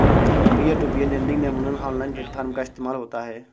peer to peer lending में अमूमन online platform का इस्तेमाल होता है